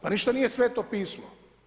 Pa ništa nije Sveto pismo.